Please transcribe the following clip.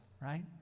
right